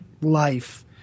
life